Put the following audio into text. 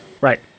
Right